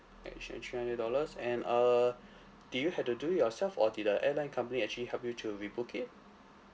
addition three hundred dollars and uh did you had to do it yourself or did the airline company actually help you to rebook it